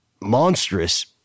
monstrous